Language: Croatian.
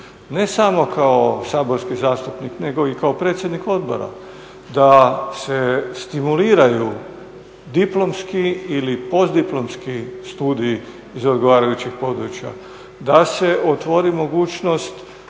ne samo kao saborski zastupnik nego i kao predsjednik odbora, da se stimuliraju diplomski ili postdiplomski studiji iz odgovarajućih područja, da se otvori mogućnost